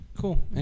Cool